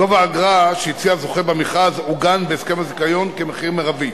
גובה האגרה שהציע הזוכה במכרז עוגן בהסכם הזיכיון כמחיר מרבי.